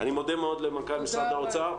אני מודה מאוד למנכ"ל משרד האוצר.